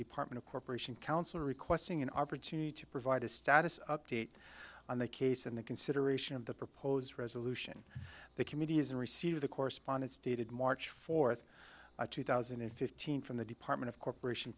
department of corporation counsel requesting an opportunity to provide a status update on the case in the consideration of the proposed resolution the committee is in receipt of the correspondence dated march fourth two thousand and fifteen from the department of corporation